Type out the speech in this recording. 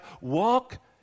walk